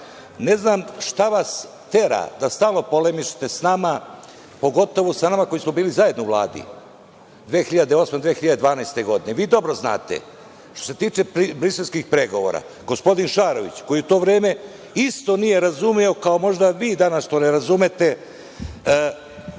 Ne znam šta vas tera da stalno polemišete s nama, pogotovo sa nama koji smo bili zajedno u Vladi, 2008. i 2012. godine? Vi dobro znate, što se tiče briselskih pregovora, gospodin Šarović, koji u to vreme isto nije razumeo, kao možda vi danas što ne razumete,